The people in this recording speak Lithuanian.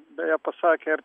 beje pasakė ir